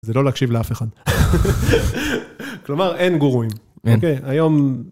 זה לא להקשיב לאף אחד. כלומר, אין גורואים. אין. אוקיי, היום...